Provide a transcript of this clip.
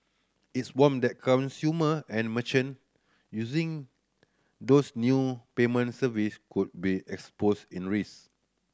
it's warned that consumer and merchant using those new payment services could be exposed in risk